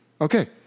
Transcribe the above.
Okay